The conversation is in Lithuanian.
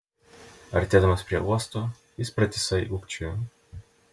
artėdamas prie uosto jis pratisai ūkčiojo